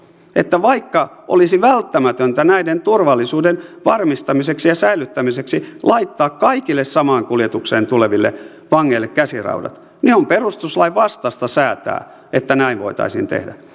että vaikka olisi välttämätöntä näiden turvallisuuden varmistamiseksi ja säilyttämiseksi laittaa kaikille samaan kuljetukseen tuleville vangeille käsiraudat on perustuslain vastaista säätää että näin voitaisiin tehdä